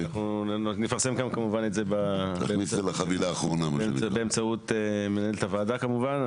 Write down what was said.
אנחנו נפרסם כאן כמובן את זה באמצעות מנהלת הוועדה כמובן,